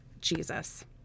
Jesus